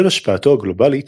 בשל השפעתו הגלובלית,